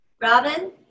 Robin